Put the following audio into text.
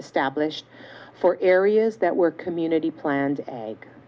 established for areas that were community planned